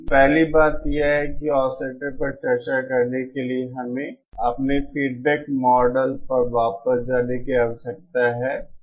तो पहली बात यह है ऑसिलेटर पर चर्चा करने के लिए कि हमें अपने फीडबैक मॉडल पर वापस जाने की आवश्यकता है